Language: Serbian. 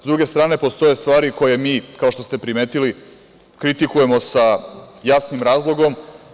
Sa druge strane postoje stvari koje mi, kao što ste primetili, kritikujemo sa jasnim razlogom.